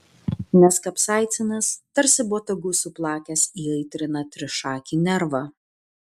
nes kapsaicinas tarsi botagu suplakęs įaitrina trišakį nervą